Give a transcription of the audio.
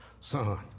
Son